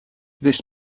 this